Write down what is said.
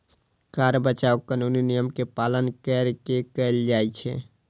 कर बचाव कानूनी नियम के पालन कैर के कैल जाइ छै